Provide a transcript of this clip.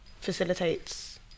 facilitates